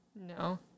No